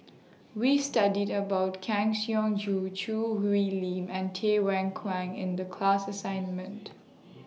We studied about Kang Siong Joo Choo Hwee Lim and Tay Why Kwang in The class assignment